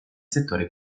settore